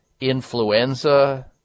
influenza